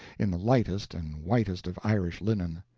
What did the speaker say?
in the lightest and whitest of irish linen.